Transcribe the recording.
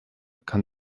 kann